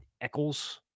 Eccles